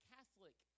Catholic